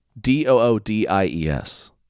D-O-O-D-I-E-S